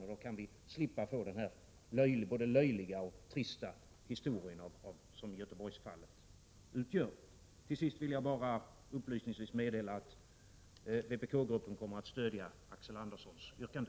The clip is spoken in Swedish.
Därmed kan sådana både löjliga och trista historier som Göteborgsfallet undvikas. Till sist vill jag bara upplysningsvis meddela att vpk-gruppen kommer att stödja Axel Anderssons yrkande.